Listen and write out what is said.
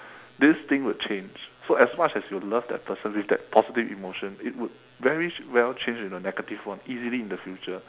this thing would change so as much as you love that person with that positive emotion it would very well change into a negative one easily in the future